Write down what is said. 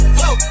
Whoa